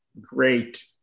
great